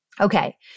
Okay